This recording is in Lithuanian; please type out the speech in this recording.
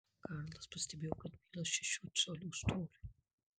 karlas pastebėjo kad byla šešių colių storio